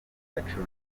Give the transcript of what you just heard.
acuranga